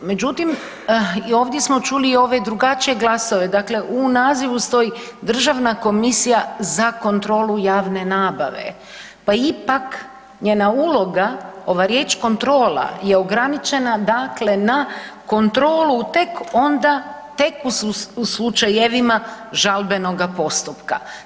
Međutim, i ovdje smo čuli i ove drugačije glasove, dakle u nazivu stoji „Državna komisija za kontrolu javne nabave“, pa ipak njena uloga, ova riječ „kontrola“ je ograničena dakle na kontrolu tek onda, tek u slučajevima žalbenog postupka.